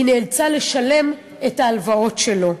היא נאלצה לשלם את ההלוואות שלו.